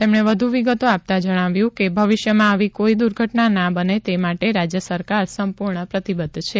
તેમણે વધુ વિગતો આપતા કહ્યું કે ભવિષ્યમાં આવી કોઈ દુર્ઘટના ના બને તે માટે રાજ્ય સરકાર સંપૂર્ણ પ્રતિબધ્ધ છે